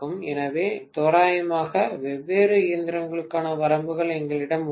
எனவே தோராயமாக வெவ்வேறு இயந்திரங்களுக்கான வரம்புகள் எங்களிடம் உள்ளன